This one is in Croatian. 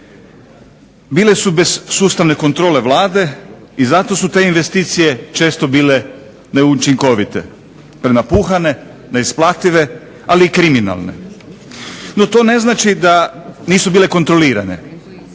bile su bez sustavne kontrole Vlade i zato su te investicije često bile neučinkovite, prenapuhane, neisplative, ali i kriminalne. No, to ne znači da nisu bile kontrolirane,